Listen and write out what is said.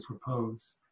propose